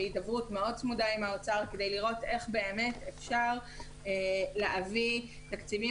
בהידברות מאוד צמודה עם האוצר כדי לראות איך אפשר להביא תקציבים